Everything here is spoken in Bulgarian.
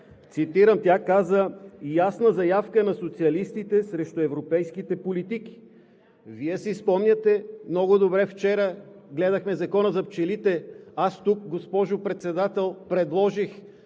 Цитирам. Тя каза: